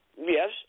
Yes